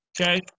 okay